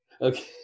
Okay